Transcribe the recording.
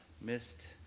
missed